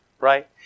right